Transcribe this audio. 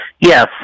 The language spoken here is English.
Yes